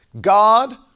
God